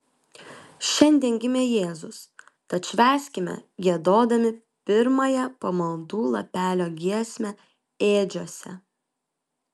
šiandien gimė jėzus tad švęskime giedodami pirmąją pamaldų lapelio giesmę ėdžiose